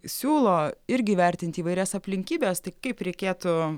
siūlo irgi įvertinti įvairias aplinkybes tai kaip reikėtų